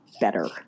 better